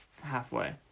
halfway